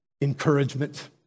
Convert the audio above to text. encouragement